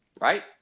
right